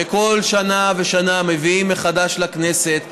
שכל שנה ושנה מביאים מחדש לכנסת תיקון,